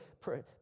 pray